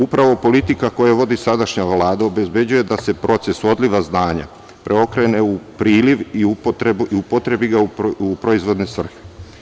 Upravo politika koju vodi sadašnja vlada obezbeđuje da se proces odliva znanja, preokrene u priliv i upotrebi ga u proizvodne svrhe.